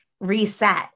reset